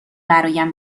برایم